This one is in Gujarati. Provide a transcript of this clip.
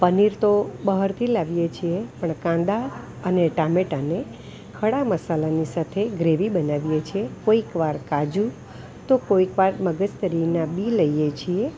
પનીર તો બહારથી લાવીએ છીએ પણ કાંદા અને ટામેટાને ખળા મસાલાની સાથે ગ્રેવી બનાવીએ છીએ કોઇક વાર કાજુ તો કોઇક વાર મગજતરીના બી લઈએ છીએ